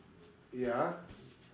ya